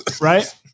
Right